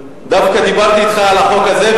דווקא דיברתי אתך על החוק הזה,